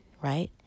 right